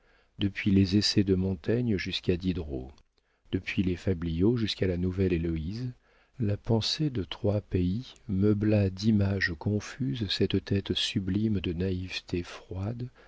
depuis les essais de montaigne jusqu'à diderot depuis les fabliaux jusqu'à la nouvelle héloïse la pensée de trois pays meubla d'images confuses cette tête sublime de naïveté froide